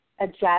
adjust